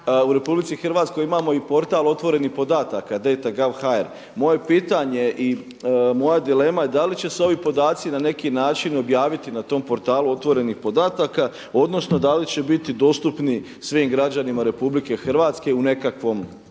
U RH imamo i portal otvorenih podataka dana.gov.hr. Moje pitanje i moja dilema je da li će se ovi podaci na neki način objaviti na tom portalu otvorenih podataka odnosno da li će biti dostupni svim građanima RH u nekakvom